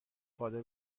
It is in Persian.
قادر